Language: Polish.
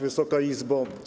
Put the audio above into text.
Wysoka Izbo!